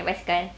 naik basikal